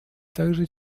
также